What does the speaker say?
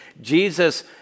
Jesus